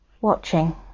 watching